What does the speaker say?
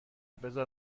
بزار